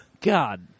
God